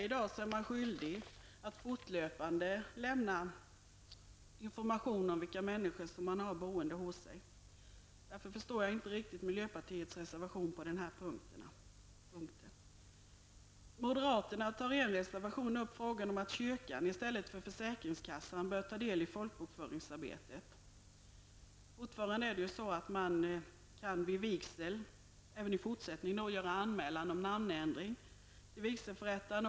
I dag är man skyldig att fortlöpande lämna information om vilka människor man har boende hos sig. Därför förstår jag inte riktigt miljöpartiets reservation på den här punkten. Moderaterna tar i en reservation upp frågan om att kyrkan i stället för försäkringskassan bör ta del i folkbokföringsarbetet. Det är ju fortfarande så att man vid vigsel kan göra anmälan om namnändring till vigselförättaren.